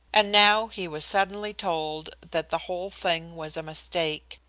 and now he was suddenly told that the whole thing was a mistake.